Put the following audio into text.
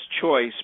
Choice